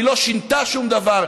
היא לא שינתה שום דבר.